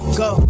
go